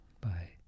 Bye